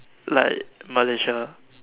like Malaysia